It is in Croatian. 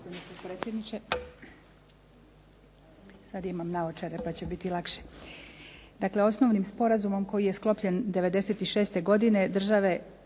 Hvala